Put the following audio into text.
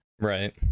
Right